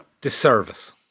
Disservice